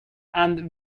and